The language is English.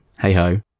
hey-ho